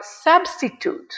substitute